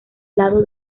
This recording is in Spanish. lado